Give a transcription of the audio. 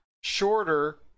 shorter